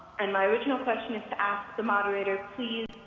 and my original question is to ask the moderator, please